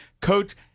Coach